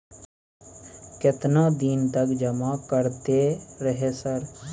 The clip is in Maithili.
केतना दिन तक जमा करते रहे सर?